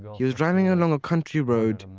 he was driving along a country road,